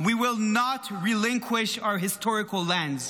we will not relinquish our historical lands.